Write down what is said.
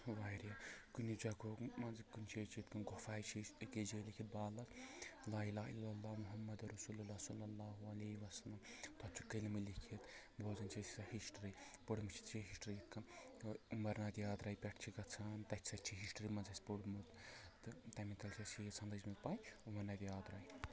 واریاہ کُنہِ جَگہو منٛزٕ کُنہِ جاے چھِ یِتھ کَنۍ گُفاے چھِ اَسہِ أکِس جایہِ لیٚکھِتھ بالَن لا اِلہ الا اللہ محمد رسول اللہ صلی اللہ علیہ وسلَم تَتھ چھُ کلمہٕ لیٚکھِتھ بوزان چھِ أسۍ سۄ ہِسٹرٛی پوٚرمُت ہِسٹرٛی اَمرناتھ یاتراے پٮ۪ٹھ چھِ گژھان تَتہِ سۄ تہِ چھِ ہِسٹرٛی منٛز اَسہِ پوٚرمُت تہٕ تَمہِ کَل چھِ اَسہِ ییٖژ ہَن لٔجمٕژ پَے اَمرناتھ یاتراے